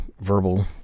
verbal